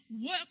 work